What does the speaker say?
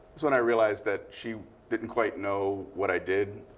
is when i realized that she didn't quite know what i did.